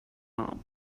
هام